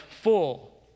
full